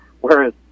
Whereas